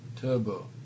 Turbo